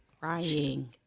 Crying